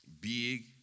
Big